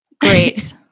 great